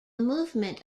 movement